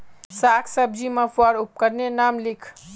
साग सब्जी मपवार उपकरनेर नाम लिख?